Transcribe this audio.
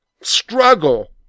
struggle